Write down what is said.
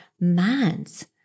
minds